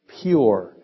pure